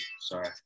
Sorry